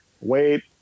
wait